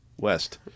west